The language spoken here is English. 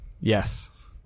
Yes